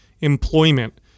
employment